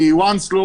כי once לא